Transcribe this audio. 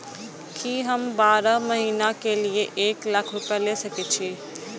की हम बारह महीना के लिए एक लाख रूपया ले सके छी?